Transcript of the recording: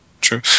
true